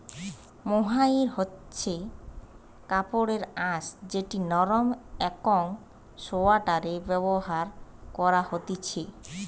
mohair হচ্ছে কাপড়ের আঁশ যেটি নরম একং সোয়াটারে ব্যবহার করা হতিছে